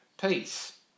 peace